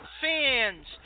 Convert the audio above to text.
fans